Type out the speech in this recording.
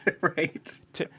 right